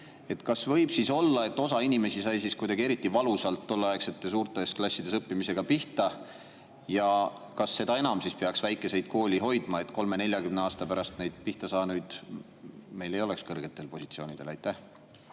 Kas võib siis olla nii, et osa inimesi sai kuidagi eriti valusalt tolleaegsetes suurtes klassides õppimisega pihta? Kas seda enam ei peaks väikeseid koole hoidma, et 30–40 aasta pärast neid pihta saanuid meil ei oleks kõrgetel positsioonidel? Aitäh,